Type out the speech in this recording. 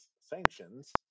sanctions